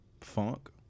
funk